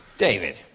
David